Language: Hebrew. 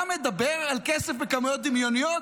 אתה מדבר על כסף בכמויות דמיוניות?